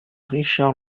richard